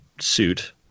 suit